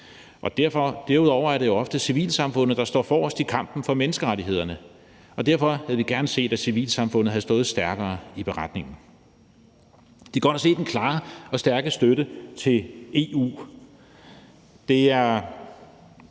Derudover er det ofte civilsamfundet, der står forrest i kampen for menneskerettighederne, og derfor havde vi gerne set, at civilsamfundet havde stået stærkere i redegørelsen. Det er godt at se den klare og stærke støtte til EU. Vi